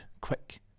quick